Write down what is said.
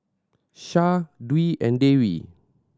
Syah Dwi and Dewi